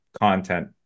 content